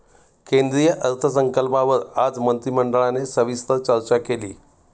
केंद्रीय अर्थसंकल्पावर आज मंत्रिमंडळाने सविस्तर चर्चा केली